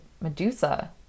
Medusa